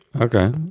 okay